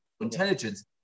intelligence